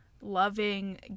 loving